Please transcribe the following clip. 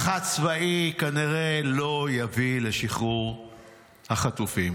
לחץ צבאי כנראה לא יביא לשחרור החטופים,